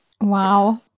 wow